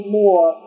more